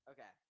Okay